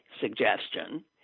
suggestion